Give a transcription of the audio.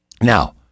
Now